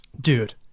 dude